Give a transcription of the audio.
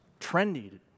trendy